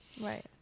Right